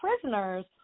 prisoners